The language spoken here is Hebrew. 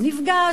הוא נפגש,